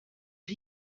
are